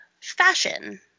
fashion